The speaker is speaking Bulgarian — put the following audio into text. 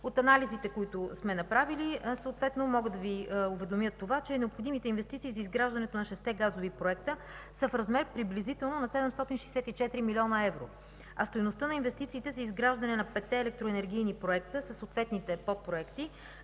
от анализите, които сме направили, съответно мога да Ви уведомя, че необходимите инвестиции за изграждането на шестте газови проекта са в размер на приблизително 764 млн. евро, а стойността на инвестициите за изграждането на петте електроенергийни проекта със съответните подпроекти